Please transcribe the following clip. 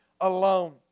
alone